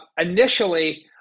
initially